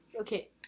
okay